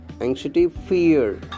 anxiety-fear